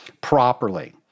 properly